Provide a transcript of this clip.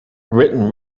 written